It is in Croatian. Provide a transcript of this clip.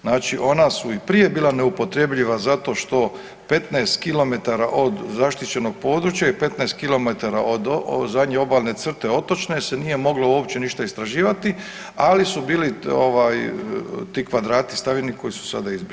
Znači ona su i prije bila neupotrebljiva zato što 15 km od zaštićenog područja i 15 km od zadnje obalne crte otočne se nije moglo uopće istraživati, ali su bili ovaj ti kvadrati stavljeni koji su sada izbrisani.